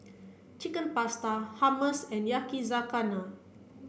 Chicken Pasta Hummus and Yakizakana